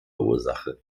ursache